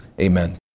Amen